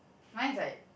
mine is like